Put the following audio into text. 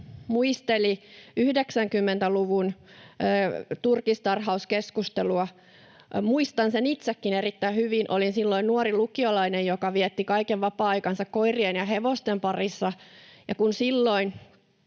muisteli 90-luvun turkistarhauskeskustelua. Muistan sen itsekin erittäin hyvin. Olin silloin nuori lukiolainen, joka vietti kaiken vapaa-aikansa koirien ja hevosten parissa. Ja kun silloin